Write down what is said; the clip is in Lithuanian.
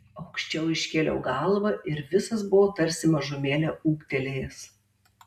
aukščiau iškėliau galvą ir visas buvau tarsi mažumėlę ūgtelėjęs